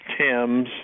Tim's